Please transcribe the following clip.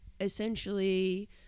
essentially